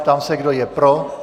Ptám se, kdo je pro.